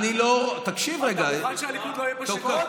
תקשיב רגע, אתה מוכן שהליכוד לא יהיה בשלטון?